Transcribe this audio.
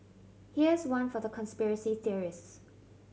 here's one for the conspiracy theorists